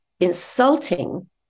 insulting